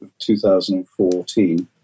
2014